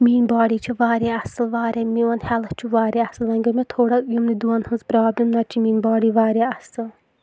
میٲنۍ باڈی چھِ واریاہ اَصل واریاہ میون ہؠلٕتھ چھُ واریاہ اَصل وۄنۍ گٔیہِ مےٚ تھوڑا یِمنٕے دۄن ہٕنز پرابلِم نَتہٕ چھ میٲنۍ باڈی واریاہ اَصل